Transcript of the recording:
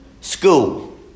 School